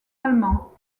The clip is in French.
allemand